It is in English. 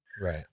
Right